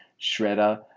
Shredder